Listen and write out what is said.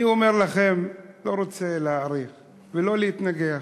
אני אומר לכם, אני לא רוצה להאריך ולא להתנגח.